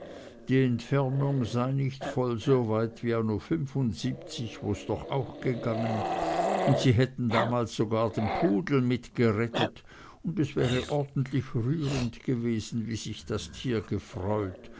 die entfernung sei nicht voll so weit wie anno wo's doch auch gegangen und sie hätten damals sogar den pudel mit gerettet und es wäre ordentlich rührend gewesen wie sich das tier gefreut